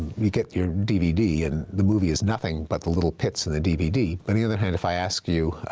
you get your dvd, and the movie is nothing but the little pits in the dvd. but on the other hand, if i ask you,